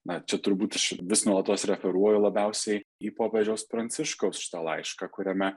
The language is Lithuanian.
na čia turbūt aš vis nuolatos referuoju labiausiai į popiežiaus pranciškaus šitą laišką kuriame